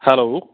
hello